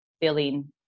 feeling